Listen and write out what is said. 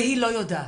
והם לא יודעים